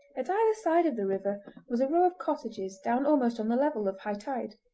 at either side of the river was a row of cottages down almost on the level of high tide.